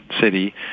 city